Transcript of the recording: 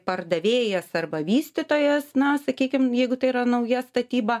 pardavėjas arba vystytojas na sakykim jeigu tai yra nauja statyba